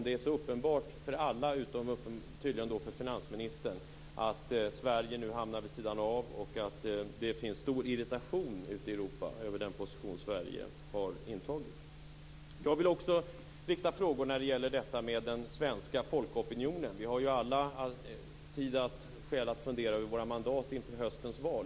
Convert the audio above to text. Det är uppenbart för alla utom tydligen för finansministern att Sverige nu hamnar vid sidan av och att det finns stor irritation ute i Europa över den position som Sverige har intagit. Jag vill rikta frågor om den svenska folkopinionen. Vi har alla skäl att fundera över våra mandat inför höstens val.